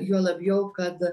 juo labiau kad